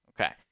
okay